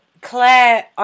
Claire